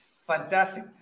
Fantastic